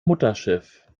mutterschiff